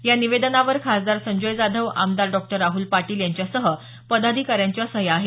या निवेदनावर खासदार संजय जाधव आमदार डॉक्टर राहूल पाटील यांच्यासह पदाधिकाऱ्यांच्या सह्या आहेत